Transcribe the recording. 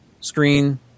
screen